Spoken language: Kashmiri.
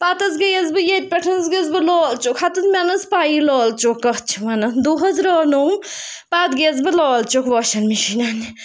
پَتہٕ حظ گٔیَس بہٕ ییٚتہِ پٮ۪ٹھ حظ گٔیَس بہٕ لال چوک ہَتہٕ حظ مےٚ نہٕ حظ پَیی لال چوک کَتھ چھِ وَنان دۄہ حظ رانوٚووُم پَتہٕ گٔیَس بہٕ لال چوک واشنٛگ مِشیٖن اَننہِ